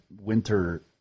winter